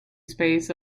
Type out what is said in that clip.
space